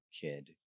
kid